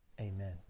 Amen